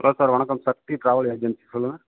hello sir வணக்கம் Shakti travel agency சொல்லுங்கள்